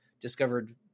discovered